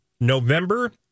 November